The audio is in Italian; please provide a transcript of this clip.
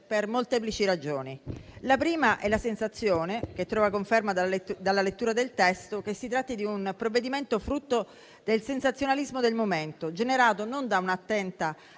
per molteplici ragioni. La prima è la sensazione, che trova conferma nella lettura del testo, che si tratti di un provvedimento frutto del sensazionalismo del momento, generato non da un'attenta